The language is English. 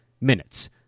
minutes